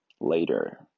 later